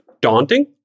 daunting